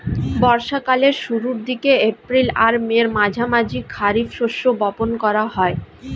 বর্ষা কালের শুরুর দিকে, এপ্রিল আর মের মাঝামাঝি খারিফ শস্য বপন করা হয়